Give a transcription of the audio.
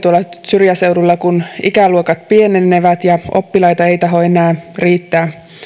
syrjäseuduilla kun ikäluokat pienenevät ja oppilaita ei tahdo enää riittää